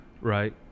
Right